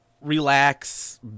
relax